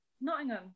nottingham